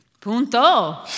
Punto